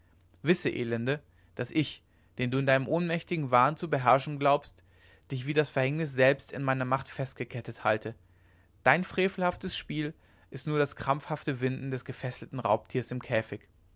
wisse elende daß ich den du in deinem ohnmächtigen wahn zu beherrschen glaubst dich wie das verhängnis selbst in meiner macht festgekettet halte dein frevelhaftes spiel ist nur das krampfhafte winden des gefesselten raubtiers im käfig